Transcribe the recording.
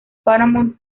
paramount